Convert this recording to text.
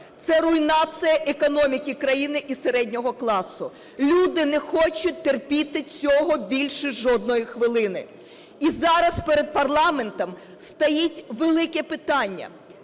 Це руйнація економіки країни і середнього класу. Люди не хочуть терпіти цього більше жодної хвилини. І зараз перед парламентом стоїть велике питання